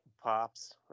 pops